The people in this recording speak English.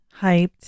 hyped